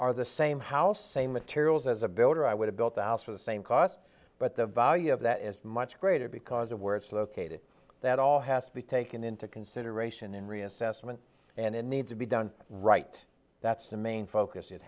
are the same house same materials as a builder i would have built a house for the same cost but the value of that is much greater because of where it's located that all has to be taken into consideration in reassessment and it needs to be done right that's the main focus it